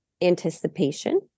anticipation